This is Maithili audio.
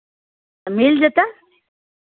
मिल जेतै